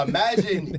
Imagine